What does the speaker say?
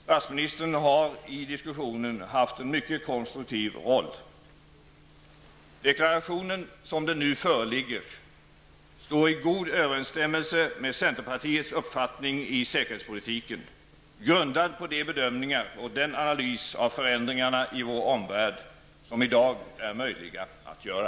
Statsministern har i diskussionen haft en mycket konstruktiv roll. Deklarationen, som den nu föreligger, står i god överensstämmelse med centerpartiets uppfattning när det gäller säkerhetspolitiken, som är grundad på de bedömningar och den analys av förändringarna i vår omvärld som i dag är möjliga att göra.